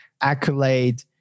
accolade